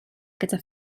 gyda